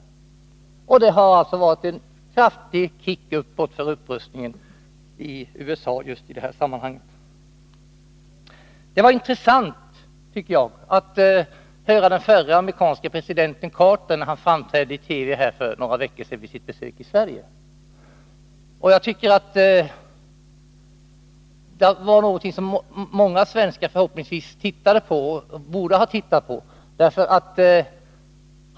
Upprustningen i USA har således fått en kraftig kick uppåt just i det här sammanhanget. Det var intressant att höra den förre amerikanske presidenten Carter när han framträdde i TV vid sitt besök i Sverige för några veckor sedan. Det var något som många svenskar förhoppningsvis tittade på, eller i varje fall borde hatittat på.